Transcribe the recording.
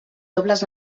dobles